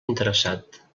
interessat